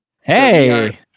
Hey